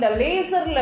laser